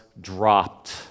dropped